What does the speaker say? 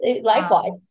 Likewise